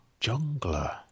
Jungler